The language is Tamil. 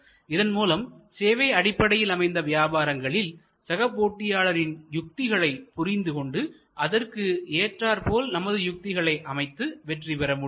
இதன்மூலம் சேவை அடிப்படையில் அமைந்த வியாபாரங்களில் சக போட்டியாளரின் யுத்திகளை புரிந்து கொண்டு அதற்கு ஏற்றார் போல் நமது யுக்திகளை அமைத்து வெற்றி பெற முடியும்